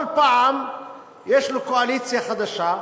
כל פעם יש לו קואליציה חדשה,